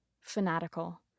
fanatical